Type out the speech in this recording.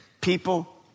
People